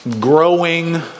growing